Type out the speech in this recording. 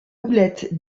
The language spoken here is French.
houlette